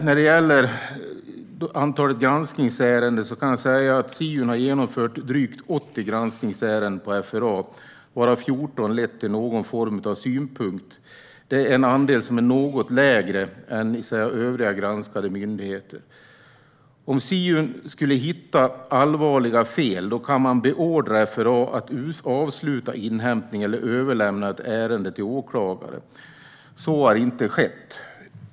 När det gäller antalet granskningsärenden har Siun genomfört drygt 80 sådana ärenden för FRA, varav 14 har lett till någon form av synpunkt. Det är en något lägre andel än för övriga granskade myndigheter. Om Siun skulle hitta allvarliga fel kan de beordra FRA att avsluta inhämtning eller överlämna ärenden till åklagare. Så har inte skett.